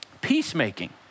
peacemaking